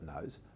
knows